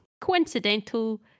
coincidental